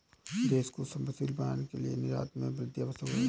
देश को समृद्धशाली बनाने के लिए निर्यात में वृद्धि आवश्यक है